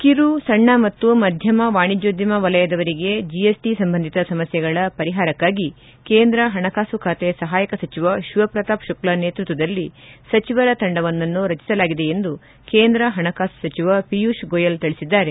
ಕಿರು ಸಣ್ಣ ಮತ್ತು ಮಧ್ಯಮ ವಾಣಿಜ್ಣೋದ್ಯಮ ವಲಯದವರಿಗೆ ಜಿಎಸ್ಟ ಸಂಬಂಧಿ ಸಮಸ್ಲೆಗಳ ಪರಿಹಾರಕ್ಕಾಗಿ ಕೇಂದ್ರ ಹಣಕಾಸು ಖಾತೆ ಸಹಾಯಕ ಸಚಿವ ಶಿವಪ್ರತಾಪ್ ಶುಕ್ಲ ನೇತೃತ್ವದಲ್ಲಿ ಸಚಿವರ ತಂಡವೊಂದನ್ನು ರಚಿಸಲಾಗಿದೆ ಎಂದು ಕೇಂದ್ರ ಹಣಕಾಸು ಸಚಿವ ಪಿಯೂಷ್ ಗೋಯಲ್ ತಿಳಿಸಿದ್ದಾರೆ